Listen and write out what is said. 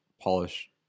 polish